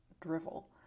drivel